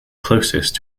closest